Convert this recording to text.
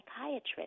psychiatrist